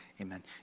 Amen